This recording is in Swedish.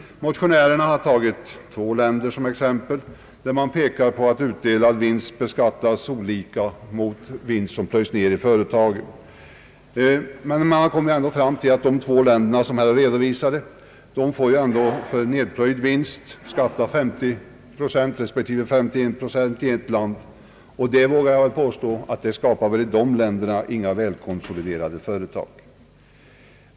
Motionärerna har tagit två länder som exempel och pekat på att utdelad vinst där beskattas olika mot vinst som plöjs ned i företaget. Men man kommer ändå fram till att företag i de två redovisade länderna för nedplöjd vinst får betala 50 respektive 51 procent i skatt. Jag vågar påstå att det förhållandet inte skapar några välkonsoliderade företag i dessa länder.